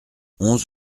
onze